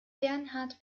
bernhard